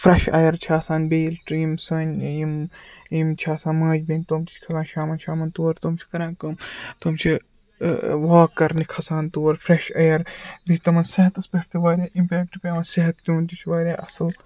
fresh air چھِ آسان بیٚیہِ یِم سٲنۍ یِم یِم چھِ آسان ماج بیٚنہِ تم تہِ چھِ کھلان شامَن شامَن تور تم چھِ کَران کٲم تم چھِ واک کَرنہِ کھَسان تور فرٮ۪ٮش اَیر بیٚیہِ تٕمَن صحتَس پٮ۪ٹھ تہِ واریاہ اِمپٮ۪کٹ پٮ۪وان صحت تہِ چھُ واریاہ اَصٕل